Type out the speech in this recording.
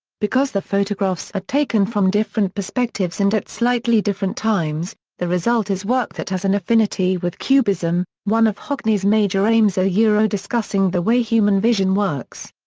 because the photographs are taken from different perspectives and at slightly different times, the result is work that has an affinity with cubism, one of hockney's major aims ah yeah discussing the way human vision works.